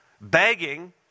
begging